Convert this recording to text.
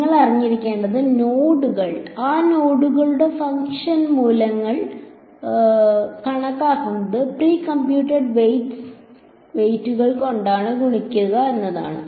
നിങ്ങൾ അറിഞ്ഞിരിക്കേണ്ടത് നോഡുകൾ ആ നോഡുകളുടെ ഫംഗ്ഷൻ മൂല്യങ്ങൾ കണക്കാക്കുന്നത് പ്രീ കംപ്യൂട്ടഡ് വെയ്റ്റുകൾ കൊണ്ട് ഗുണിക്കുക എന്നതാണ്